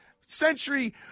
century